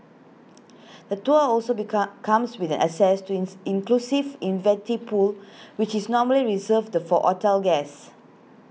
the tour also become comes with an access to in inclusive infinity pool which is normally reserved for hotel guests